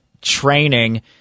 training